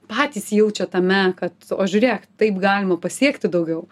patys jaučia tame kad o žiūrėk taip galima pasiekti daugiau